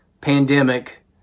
pandemic